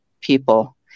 people